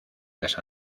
las